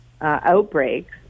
outbreaks